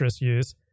Use